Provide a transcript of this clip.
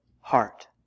heart